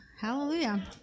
Hallelujah